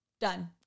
done